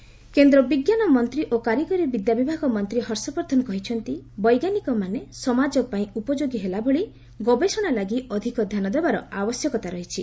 ହର୍ଷ ବର୍ଦ୍ଧନ କେନ୍ଦ୍ର ବିଜ୍ଞାନ ମନ୍ତ୍ରୀ ଓ କାରୀଗରି ବିଦ୍ୟାବିଭାଗ ମନ୍ତ୍ରୀ ହର୍ଷବର୍ଦ୍ଧନ କହିଛନ୍ତି ବୈଜ୍ଞାନିକମାନେ ସମାଜ ପାଇଁ ଉପଯୋଗୀ ହେଲାଭଳି ଗବେଷଣା ଲାଗି ଅଧିକ ଧ୍ୟାନଦେବାର ଆବଶ୍ୟକତା ରହିଛି